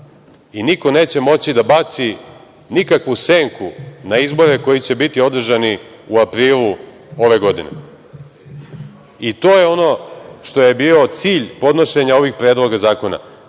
i niko neće moći da baci nikakvu senku na izbore koji će biti održani u aprilu ove godine. I to je ono što je bio cilj podnošenja ovih predloga zakona